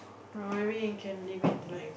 no I mean it can live it to life